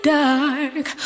dark